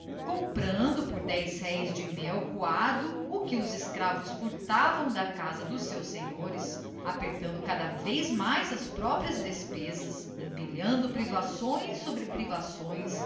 comprando por dez réis de mel coado o que os escravos furtavam da casa dos seus senhores apertando cada vez mais as próprias despesas empilhando privações sobre privações